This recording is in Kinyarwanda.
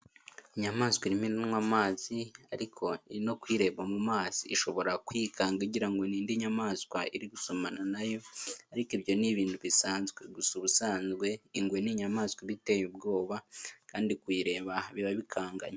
Inyamaswa irimo iranywa amazi ariko ni no kwireba mu mazi. Ishobora kwikanga igirango ni indi nyamaswa iri gusomana na yo, ariko ibyo ni ibintu bisanzwe. Gusa ubusanzwe ingwe ni inyamaswa iba iteye ubwoba kandi kuyireba biba bikanganye.